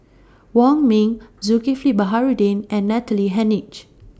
Wong Ming Zulkifli Baharudin and Natalie Hennedige